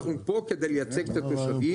אני פה בשביל לייצג את התושבים,